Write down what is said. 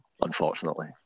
unfortunately